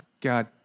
God